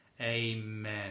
amen